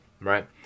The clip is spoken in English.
right